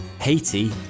Haiti